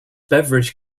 beverage